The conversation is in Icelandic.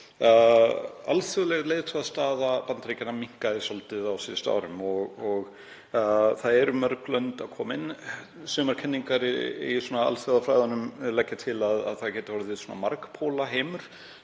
alþjóðleg leiðtogastaða Bandaríkjanna hafi fallið svolítið á síðustu árum og það eru mörg lönd að koma inn. Sumar kenningar í alþjóðafræðunum telja að það geti orðið margpóla heimur